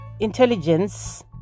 Intelligence